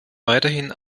weiterhin